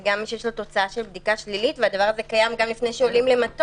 זה גם מי שיש לו תוצאה של בדיקה שלילית וזה קיים גם לפני שעולים למטוס.